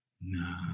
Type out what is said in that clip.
No